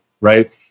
right